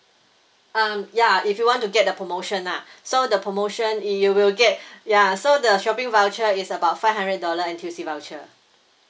um ya if you want to get the promotion lah so the promotion you will get ya so the shopping voucher is about five hundred dollar N_T_U_C voucher